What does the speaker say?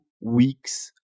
weeks